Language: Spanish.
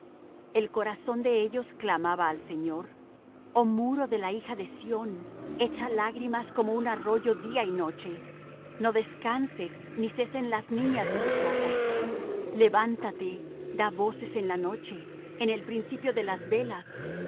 el corazón de ellos clamaba al señor oh muro de la hija de sión echa lágrimas como un arroyo día y noche no descanses ni cesen las niñas de tus ojos levántate da voces en la noche en el principio de las velas